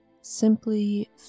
simply